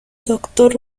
doctor